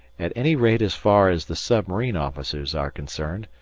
at any rate as far as the submarine officers are concerned,